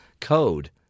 code